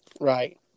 Right